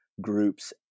groups